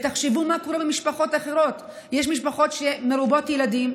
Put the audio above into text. תחשבו מה קורה במשפחות אחרות: יש משפחות מרובות ילדים,